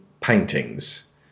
paintings